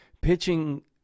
pitching